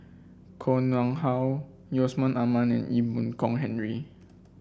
Koh Nguang How Yusman Aman and Ee Boon Kong Henry